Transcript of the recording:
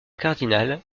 cardinal